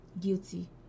guilty